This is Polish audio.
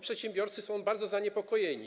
Przedsiębiorcy są tym bardzo zaniepokojeni.